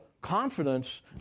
confidence